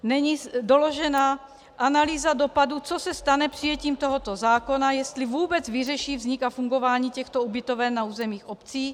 Není doložena analýza dopadu, co se stane přijetím tohoto zákona, jestli vůbec vyřeší vznik a fungování těchto ubytoven na území obcí.